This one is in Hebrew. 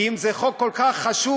כי אם זה חוק כל כך חשוב,